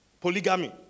polygamy